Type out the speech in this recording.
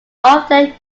often